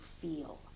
feel